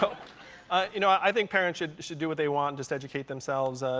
so you know i think parents should should do what they want, just educate themselves.